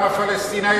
העם הפלסטיני,